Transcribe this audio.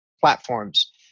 platforms